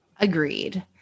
Agreed